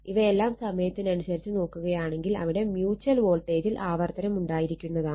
ഇവയെല്ലാം സമയത്തിനനുസരിച്ച് നോക്കുകയാണെങ്കിൽ അവിടെ മ്യൂച്ചൽ വോൾട്ടേജിൽ ആവർത്തനം ഉണ്ടായിരിക്കുന്നതാണ്